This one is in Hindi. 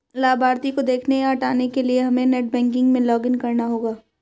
लाभार्थी को देखने या हटाने के लिए हमे नेट बैंकिंग में लॉगिन करना होगा